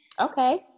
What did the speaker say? Okay